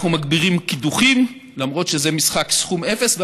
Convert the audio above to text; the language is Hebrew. אנחנו מגבירים קידוחים, למרות שזה משחק סכום אפס.